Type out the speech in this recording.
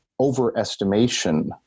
overestimation